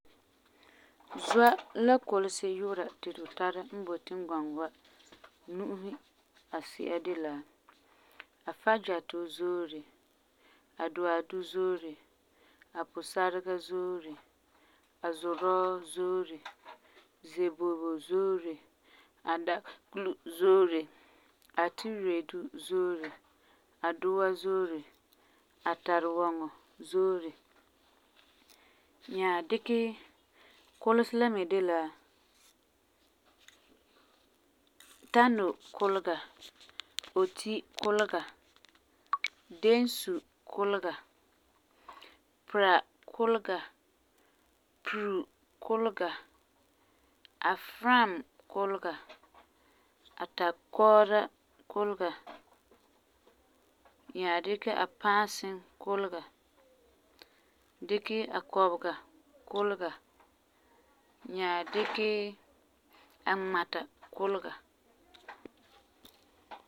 Zɔa la kulesi yu'ura ti tu tara n boi tingɔŋɔ wa nu'usi asi'a de la: Afadjato zoore, Aduadu zoore, Apusarega zoore, Azudɔɔ zoore, Zebobo zoore, Adaklu zoore, Atiweredu zoore, Adua zoore, Atarewɔŋɔ zoore. Nyaa dikɛ kulesi la me de la, Tano kulega, Boti kulega, Densu kulega, Pra kulega, Pru kulega, Afram kulega, Atakɔɔra kulega. Nyaa dikɛ Apaasin kulega, dikɛ Akɔbega kulega, nyaa dikɛ Aŋmata kulega.